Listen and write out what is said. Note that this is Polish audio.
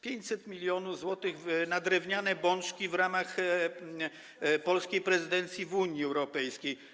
500 mln zł na drewniane bączki w ramach polskiej prezydencji w Unii Europejskiej.